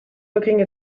looking